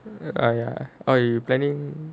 !aiya! oh you planning